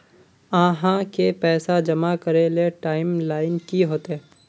आहाँ के पैसा जमा करे ले टाइम लाइन की होते?